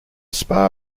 spa